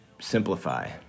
simplify